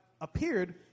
appeared